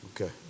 Okay